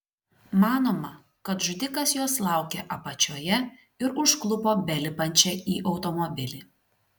manoma kad žudikas jos laukė apačioje ir užklupo belipančią į automobilį